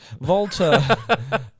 Volta